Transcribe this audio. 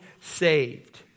saved